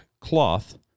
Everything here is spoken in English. cloth